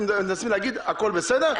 אתם מנסים להגיד - הכול בסדר,